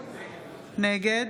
נגד